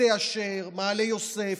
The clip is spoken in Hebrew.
מטה אשר, מעלה יוסף,